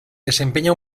desempeña